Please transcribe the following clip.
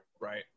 Right